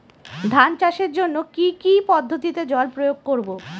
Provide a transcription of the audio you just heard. ধান চাষের জন্যে কি কী পদ্ধতিতে জল প্রয়োগ করব?